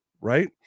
right